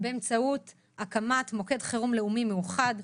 באמצעות הקמת מוקד חירום לאומי מאוחד.